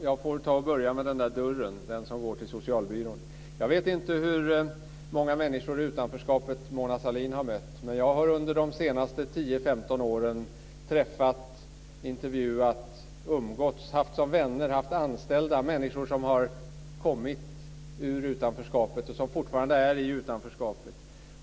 Fru talman! Jag får börja med den där dörren som går till socialbyrån. Jag vet inte hur många människor i utanförskapet som Mona Sahlin har mött. Men jag har under de senaste 10-15 åren träffat, intervjuat, umgåtts med, haft som vänner och haft anställda människor som har kommit ur utanförskapet och som fortfarande är i utanförskapet.